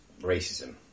racism